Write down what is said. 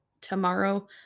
Tomorrow